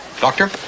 Doctor